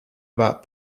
about